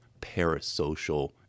parasocial